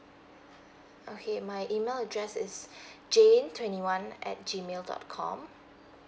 okay my email address is jane twenty one at G mail dot com